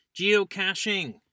geocaching